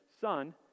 son